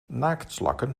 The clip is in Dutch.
naaktslakken